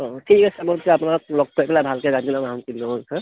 অঁ ঠিক আছে মই আপোনাক লগ পাই পেলাই ভালকৈ জানি ল'ম আহোমৰ কিংডমৰ বিষয়ে